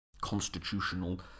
constitutional